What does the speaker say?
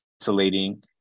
isolating